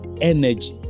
energy